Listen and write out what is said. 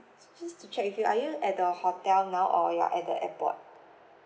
just to check with you are you at the hotel now or you're at the airport